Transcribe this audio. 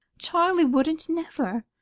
charlie wouldn't never.